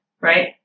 right